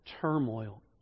turmoil